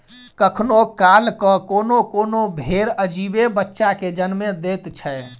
कखनो काल क कोनो कोनो भेंड़ अजीबे बच्चा के जन्म दैत छै